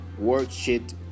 worksheet